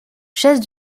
chasse